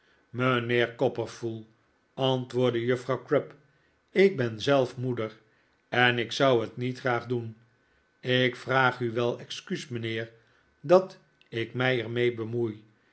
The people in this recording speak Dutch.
mijnheer copperfull antwoordde juffrouw crupp ik ben zelf moeder en ik zou het niet graag doen ik vraag u wel excuus mijnheer dat ik mij er mee bemoei